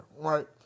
right